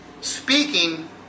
speaking